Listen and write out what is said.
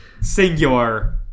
Singular